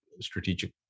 strategic